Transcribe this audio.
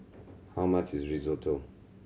how much is Risotto